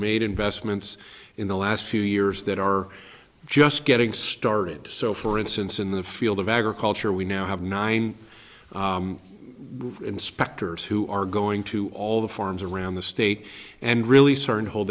made investments in the last few years that are just getting started so for instance in the field of agriculture we now have nine inspectors who are going to all the farms around the state and really certain hold